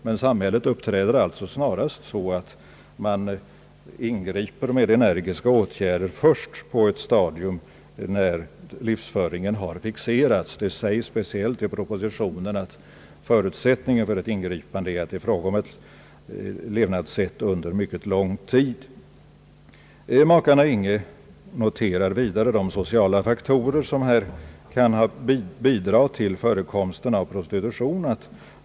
Men samhället uppträder alltså snarast så att man ingriper med energiska åtgärder först på ett stadium när livsföringen har fixerats. Det sägs speciellt i propositionen att förutsättningen för ett ingripande är att det är fråga om ett levnadssätt under mycket lång tid. Makarna Inghe noterar vidare de sociala faktorer som kan bidra till förekomsten av prostitution.